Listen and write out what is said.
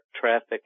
traffic